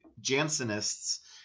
Jansenists